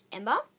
Ember